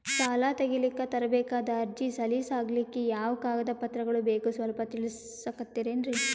ಸಾಲ ತೆಗಿಲಿಕ್ಕ ತರಬೇಕಾದ ಅರ್ಜಿ ಸಲೀಸ್ ಆಗ್ಲಿಕ್ಕಿ ಯಾವ ಕಾಗದ ಪತ್ರಗಳು ಬೇಕು ಸ್ವಲ್ಪ ತಿಳಿಸತಿರೆನ್ರಿ?